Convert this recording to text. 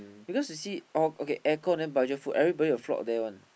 because you see oh okay air con then budget food everybody will flock there [one]